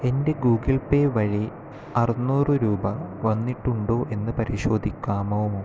എൻ്റെ Google Pay വഴി അറുന്നൂറ് രൂപ വന്നിട്ടുണ്ടോ എന്ന് പരിശോധിക്കാമോ